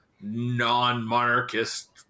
non-monarchist